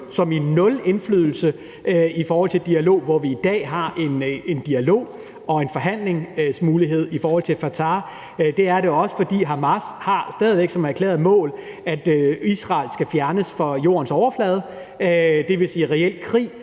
som i nul – indflydelse i forhold til dialog, hvor vi i dag har en dialog og en forhandlingsmulighed i forhold til Fatah. Hamas har stadig væk som erklæret mål, at Israel skal fjernes fra Jordens overflade, dvs. reel krig,